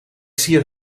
siert